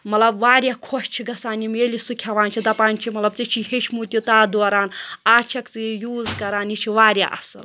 مطلب واریاہ خۄش چھِ گَژھان یِم ییٚلہِ سُہ کھیوان چھِ دَپان چھِ مطلب ژےٚ چھی ہیٚچھمُت تہِ تَتھ دوران آز چھِکھ ژےٚ یہِ یوٗز کَران یہِ چھُ واریاہ اَصٕل